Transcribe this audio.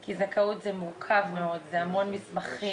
כי זכאות זה מורכב מאוד, זה המון מסמכים.